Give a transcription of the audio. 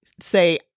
say